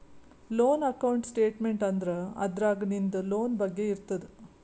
loan account statement ಅಂದುರ್ ಅದ್ರಾಗ್ ನಿಂದ್ ಲೋನ್ ಬಗ್ಗೆ ಇರ್ತುದ್